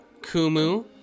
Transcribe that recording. Kumu